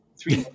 three